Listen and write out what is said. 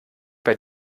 bei